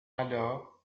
alors